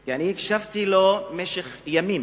כי אני הקשבתי לו במשך ימים